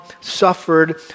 suffered